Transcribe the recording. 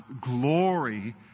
glory